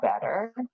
better